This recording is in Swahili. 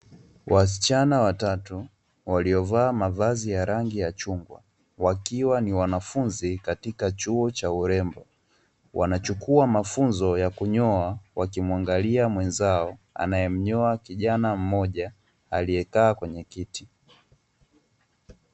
Wasichana watatu waliovaa mavazi ya rangi ya chungwa, wakiwa ni wanafunzi katika chuo cha urembo, wanachukua mafunzo ya kunyoa wakimuangalia mwenzao anaye mnyoa kijana mmoja aliyekaa kwenye kiti.